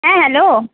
হ্যাঁ হ্যালো